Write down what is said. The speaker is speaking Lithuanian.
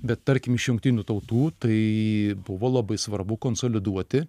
bet tarkim iš jungtinių tautų tai buvo labai svarbu konsoliduoti